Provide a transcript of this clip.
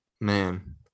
man